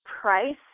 price